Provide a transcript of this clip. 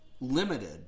limited